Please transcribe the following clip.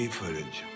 footage